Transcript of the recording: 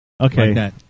Okay